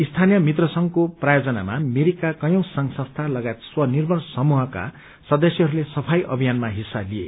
स्थानीय मित्र संघको प्रायोजनामा मिरिकका कयौं संघ संस्था लगायत स्वनिर्भर समूहका सदस्यहरूले सफाई अभियानमा डिस्सा लिए